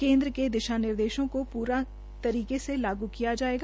केन्द्र के दिशा निर्देशों को पूरे तरीके से लागू किया जायेगा